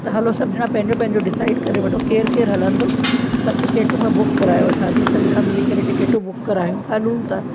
त हलो सभु ॼणा पंहिंजो पंहिंजो डिसाइड करे वठो केरु केरु हलंदो त टिकेटूं मां बुक कराए वठां थी सभु ॼणा मिली करे टिकेटूं बुक करायूं हलूं त